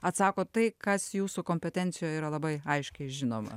atsakot tai kas jūsų kompetencijoj yra labai aiškiai žinoma